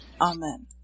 Amen